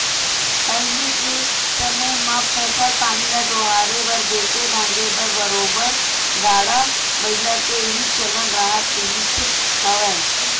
पहिली के समे म फसल पानी ल डोहारे बर बेंचे भांजे बर बरोबर गाड़ा बइला के ही चलन राहत रिहिस हवय